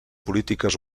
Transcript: polítiques